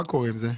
מה קורה עם זה?